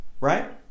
right